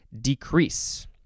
decrease